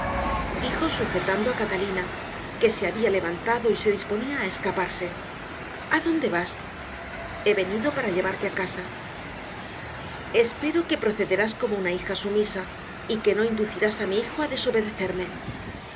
dijo sujetando a catalina que se había levantado y se disponía a escaparse adónde vas he venido para llevarte a casa espero que procederás como una hija sumisa y que no inducirás a mi hijo a desobedecerme no